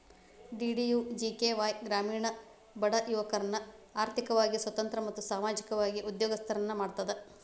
DDUGKY ಗ್ರಾಮೇಣ ಬಡ ಯುವಕರ್ನ ಆರ್ಥಿಕವಾಗಿ ಸ್ವತಂತ್ರ ಮತ್ತು ಸಾಮಾಜಿಕವಾಗಿ ಉದ್ಯೋಗಸ್ತರನ್ನ ಮಾಡ್ತದ